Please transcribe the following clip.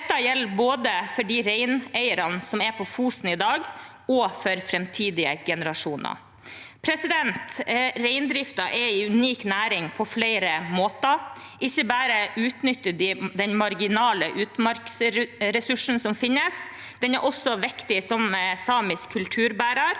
Dette gjelder både for de reineierne som er på Fosen i dag, og for framtidige generasjoner. Reindriften er en unik næring på flere måter. Ikke bare utnytter den de marginale utmarksressursene som finnes, den er også viktig som samisk kulturbærer,